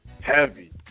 Heavy